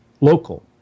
local